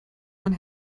man